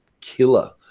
killer